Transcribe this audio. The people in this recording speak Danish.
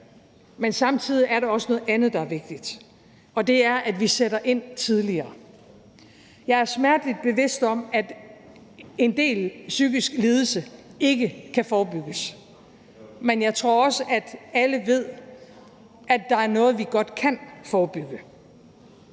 Men samtidig er der også noget andet, der er vigtigt, og det er, at vi sætter ind tidligere. Jeg er smerteligt bevidst om, at en del psykiske lidelser ikke kan forebygges, men jeg tror også, at alle ved, at der er noget, vi godt kan forebygge.